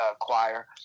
choir